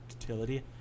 utility